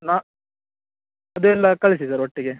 ನಾ ಅದೆಲ್ಲ ಕಳಿಸಿ ಸರ್ ಒಟ್ಟಿಗೆ